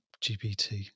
GPT